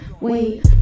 Wait